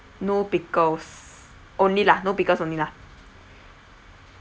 no pickles only lah no pickles only lah